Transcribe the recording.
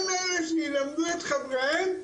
הם אלה שילמדו את חבריהם?